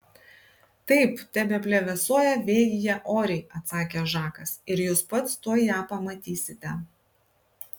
taip tebeplevėsuoja vėjyje oriai atsakė žakas ir jūs pats tuoj ją pamatysite